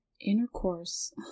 intercourse